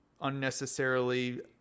unnecessarily